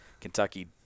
Kentucky